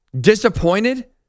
disappointed